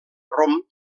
rom